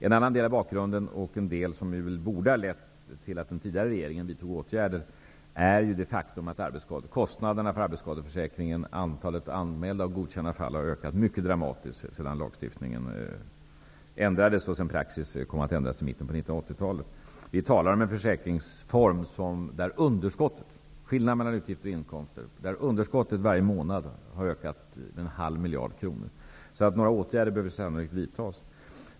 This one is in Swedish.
En annan del av bakgrunden, som borde ha lett till att den tidigare regeringen hade vidtagit åtgärder, är det faktum att kostnaderna för arbetsskadeförsäkringen, antalet anmälda och godkända fall, har ökat mycket dramatiskt sedan lagstiftningen och praxis kom att ändras i mitten av Vi talar om en försäkringsform där underskottet, skillnaderna mellan utgifter och inkomster, varje månad har ökat med en halv miljard kronor. Några åtgärder behöver sannolikt vidtas.